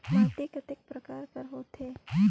माटी कतेक परकार कर होथे?